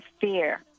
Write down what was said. fear